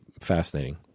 fascinating